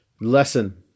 Lesson